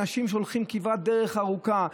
אנשים שהולכים כברת דרך ארוכה,